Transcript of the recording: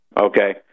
okay